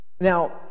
Now